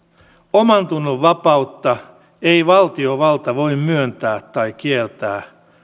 omantunnon vapautta ei valtiovalta voi myöntää tai kieltää